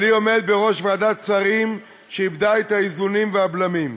אבל היא עומדת בראש ועדת שרים שאיבדה את האיזונים והבלמים.